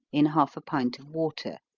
in half a pint of water